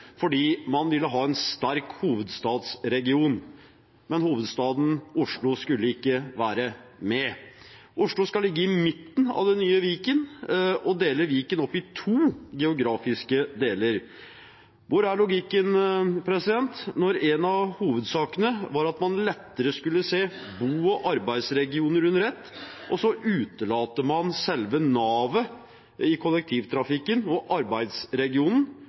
fordi man ville ha en sterk hovedstadsregion. Men hovedstaden Oslo skulle ikke være med! Oslo skal ligge i midten av det nye Viken og dele Viken opp i to geografiske deler. Hvor er logikken når en av hovedsakene var at man lettere skulle se bo- og arbeidsregioner under ett, og så utelater man selve navet i kollektivtrafikken og arbeidsregionen